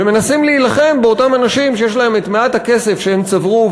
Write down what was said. ומנסים להילחם באותם אנשים שיש להם את מעט הכסף שהם צברו,